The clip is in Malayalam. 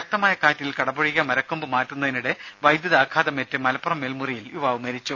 ശക്തമായ കാറ്റിൽ കടപുഴകിയ മരക്കൊമ്പ് മാറ്റുന്നതിനിടെ വൈദ്യുതാഘാതമേറ്റ് മലപ്പുറം മേൽമുറിയിൽ യുവാവ് മരിച്ചു